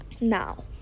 Now